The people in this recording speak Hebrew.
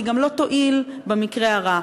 והיא גם לא תועיל במקרה הרע.